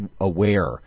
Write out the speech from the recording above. aware